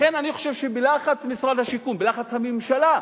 לכן אני חושב שבלחץ משרד השיכון, בלחץ הממשלה,